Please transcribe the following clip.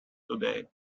today